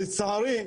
לצערי,